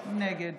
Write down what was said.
נגד